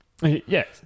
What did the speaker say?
Yes